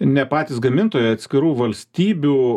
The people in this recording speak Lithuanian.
ne patys gamintojai atskirų valstybių